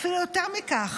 אפילו יותר מכך,